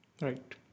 right